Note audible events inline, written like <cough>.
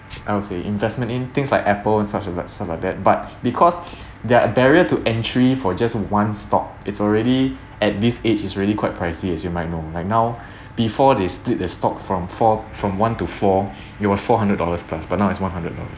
I would say investment in things like apple and such of that stuff like that but because <breath> there're a barrier to entry for just one stock it's already at this age it's already quite pricey as you might know like now <breath> before they split the stock from four from one to four <breath> it was four hundred dollars plus but now it's one hundred dollars